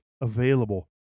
available